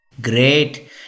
Great